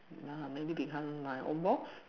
uh maybe become my own box